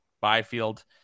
Byfield